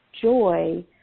joy